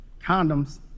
Condoms